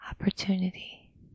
opportunity